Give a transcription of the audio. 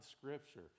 scripture